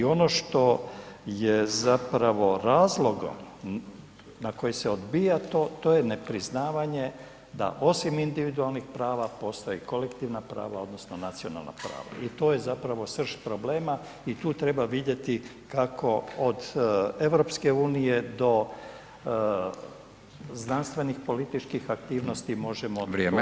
I ono što je zapravo razlogom na koji se odbija to, to je nepriznavanje da osim individualnih prava, postoje i kolektivna prava odnosno nacionalna prava i to je zapravo srž problema i tu treba vidjeti kako od EU do znanstvenih političkih aktivnosti možemo [[Upadica: Vrijeme]] to promijeniti.